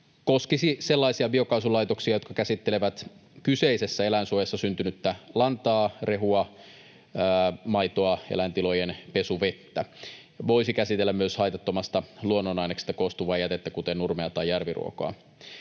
koskisi sellaisia biokaasulaitoksia, jotka käsittelevät kyseisessä eläinsuojassa syntynyttä lantaa, rehua, maitoa, eläintilojen pesuvettä. Ne voisivat käsitellä myös haitattomasta luonnonaineksesta koostuva jätettä, kuten nurmea tai järviruokoa.